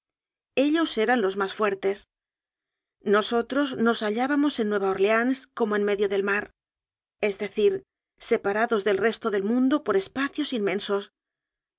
ellos eran los más fuertes nosotros nos hallábamos en nueva orleáns como en medio del mar es decir separa dos del resto del mundo por espacios inmensos